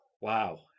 wow